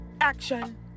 Action